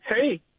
Hey